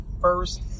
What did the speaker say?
first